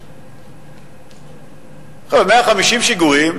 150 שיגורים,